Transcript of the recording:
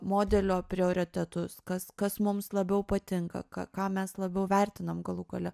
modelio prioritetus kas kas mums labiau patinka ką ką mes labiau vertinam galų gale